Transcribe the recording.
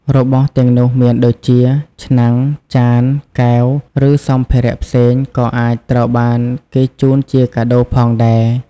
របស់ទាំងនោះមានដូចជា ឆ្នាំង ចាន កែវ ឬសម្ភារៈផ្សេង ក៏អាចត្រូវបានគេជូនជាកាដូផងដែរ ។